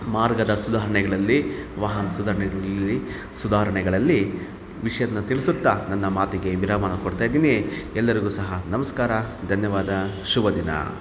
ಮಾರ್ಗದ ಸುಧಾರಣೆಗಳಲ್ಲಿ ವಾಹನ ಸುಧಾರಣೆಗಳಲ್ಲಿ ಸುಧಾರಣೆಗಳಲ್ಲಿ ವಿಷಯದ್ನ ತಿಳಿಸುತ್ತಾ ನನ್ನ ಮಾತಿಗೆ ವಿರಾಮನ ಕೊಡ್ತಾಯಿದ್ದೀನಿ ಎಲ್ಲರಿಗೂ ಸಹ ನಮಸ್ಕಾರ ಧನ್ಯವಾದ ಶುಭದಿನ